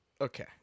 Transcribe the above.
Okay